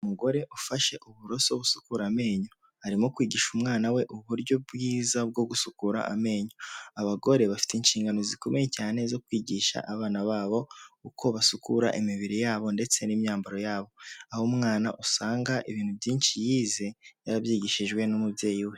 Umugore ufashe uburoso busukura amenyo, arimo kwigisha umwana we uburyo bwiza bwo gusukura amenyo. Abagore bafite inshingano zikomeye cyane zo kwigisha abana babo uko basukura imibiri yabo ndetse n'imyambaro yabo, aho umwana usanga ibintu byinshi yize yarabyigishijwe n'umubyeyi we.